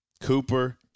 Cooper